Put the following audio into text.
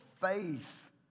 faith